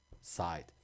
side